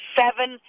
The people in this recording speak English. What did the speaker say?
seven